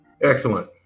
Excellent